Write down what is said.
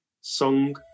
song